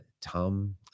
Tom